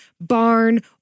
barn